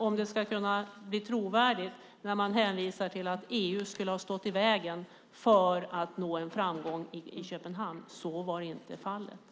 Om det ska kunna bli trovärdigt när man hänvisar till att EU skulle ha stått i vägen för att nå en framgång i Köpenhamn behövs mer kött på de benen.